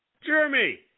Jeremy